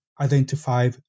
identify